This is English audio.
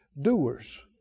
doers